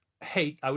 hate